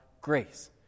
grace